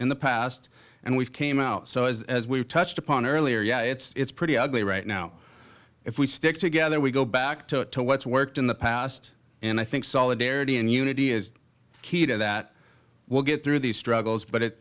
in the past and we've came out so as as we've touched upon earlier yeah it's pretty ugly right now if we stick together we go back to what's worked in the past and i think solidarity and unity is key to that we'll get through these struggles but it